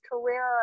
career